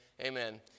amen